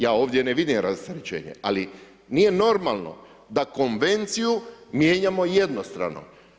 Ja ovdje ne vidim rasterećenje, ali nije normalno da konvenciju mijenjamo jednostrane.